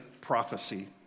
prophecy